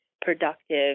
productive